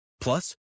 Plus